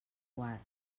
quart